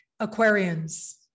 Aquarians